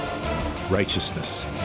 righteousness